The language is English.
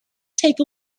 take